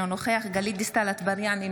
אינה נוכחת גלית דיסטל אטבריאן,